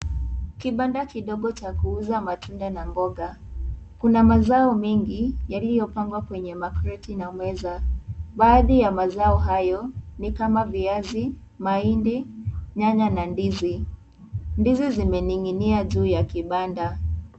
Kibanda kidogo cha kuuza matunda na mboga, kuna mazao mengi, yaliyopangwa kwenye makleti na meza. Baadhi ya mazao hayo ni kama viazi, mahindi, nyanya na ndizi. Ndizi zimening'inia juu ya kibanda.